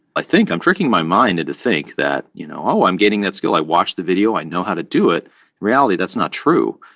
i think i'm tricking my mind and to think that, you know, oh, i'm getting that skill. i watched the video. i know how to do it. in reality, that's not true.